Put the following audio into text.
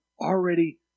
already